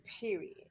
period